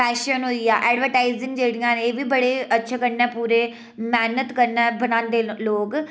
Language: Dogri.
फैशन होई गेआ एडवरटाइज़िंग जेह्डियां न एह् बी बड़े अच्छे कन्नै पूरे मैह्नत कन्नै बनांदे न लोग